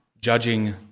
judging